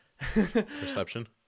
Perception